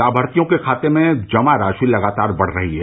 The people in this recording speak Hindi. लाभार्थियों के खाते में जमा राशि लगातार बढ़ रही है